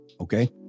Okay